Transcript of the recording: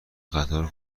قطار